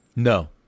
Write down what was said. No